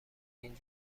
این